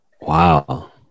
Wow